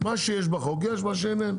מה שיש בחוק, יש, מה שאין אין.